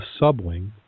subwing